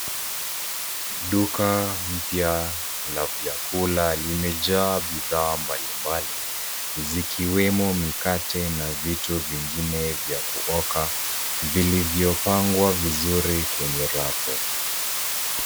Duka mpya la chakula limejaa bidhaa mbalimbali zikiwemo mikate na vitu vingine vya kuoga vilivyopangwa vizuri kwenye rafu.